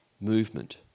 movement